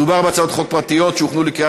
מדובר בהצעות חוק פרטיות שהוכנו לקריאה